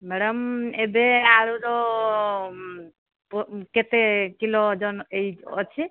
madam ଏବେ ଆଳୁର କେତେ କିଲୋ ଓଜନ ଅଛି